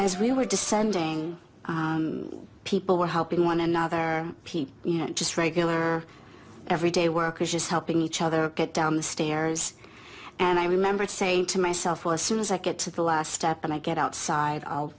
as we were descending people were helping one another or just regular everyday workers just helping each other get down the stairs and i remember saying to myself well as soon as i get to the last step and i get outside i'll